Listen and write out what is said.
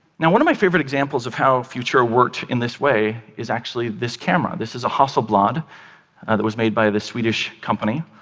yeah one of my favorite examples of how futura worked in this way is actually this camera. this is a hasselblad that was made by the swedish company.